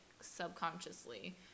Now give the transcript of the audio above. subconsciously